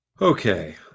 Okay